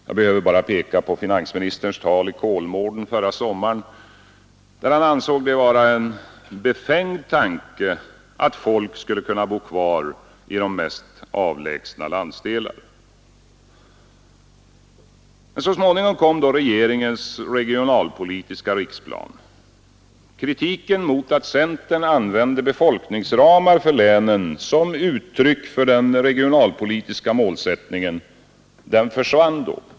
Jag behöver bara peka på finansministerns tal i Kolmården förra sommaren där han ansåg det vara en befängd tanke att folk skulle kunna bo kvar i de mest avlägsna landsdelar. Så småningom kom regeringens regionalpolitiska riksplan. Kritiken mot att centern använde befolkningsramar för länen som uttryck för den regionalpolitiska målsättningen försvann.